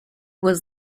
was